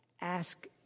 ask